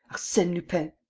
arsene lupin!